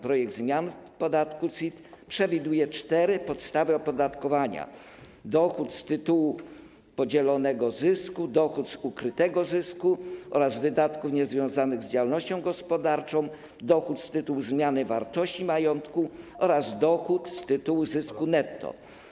Projekt zmian w podatku CIT przewiduje cztery podstawy opodatkowania: dochód z tytułu podzielonego zysku, dochód z tytułu ukrytego zysku oraz wydatków niezwiązanych z działalnością gospodarczą, dochód z tytułu zmiany wartości majątku oraz dochód z tytułu zysku netto.